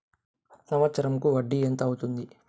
సంవత్సరం కు వడ్డీ ఎంత అవుతుంది?